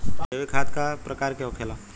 जैविक खाद का प्रकार के होखे ला?